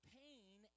pain